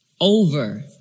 over